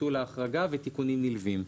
ביטול ההחרגה והסעיפים הנלווים.